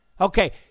Okay